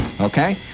Okay